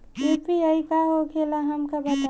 UPI का होखेला हमका बताई?